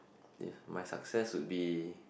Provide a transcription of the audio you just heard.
if my success would be